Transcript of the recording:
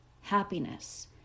happiness